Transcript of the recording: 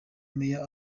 meya